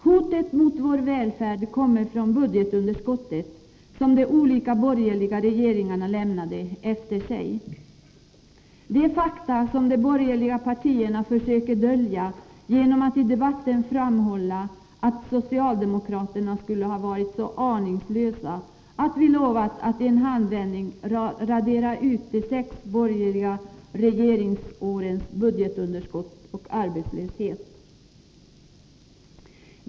Hotet mot vår välfärd kommer från det budgetunderskott som de olika borgerliga regeringarna lämnade efter sig. Detta faktum försöker de borgerliga partierna dölja genom att i debatten framhålla att vi socialdemokrater skulle ha varit så aningslösa att vi lovat att i en handvändning radera ut de sex borgerliga regeringsårens budgetunderskott och arbetslöshet.